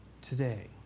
Today